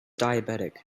diabetic